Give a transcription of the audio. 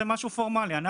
זה משהו פורמלי,